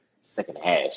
second-half –